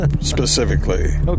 specifically